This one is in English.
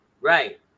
Right